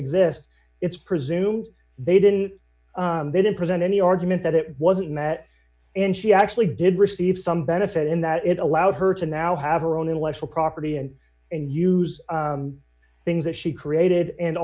exist it's presumed they didn't they didn't present any argument that it wasn't met and she actually did receive some benefit in that it allowed her to now have her own intellectual property and and use things that she created and